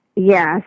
Yes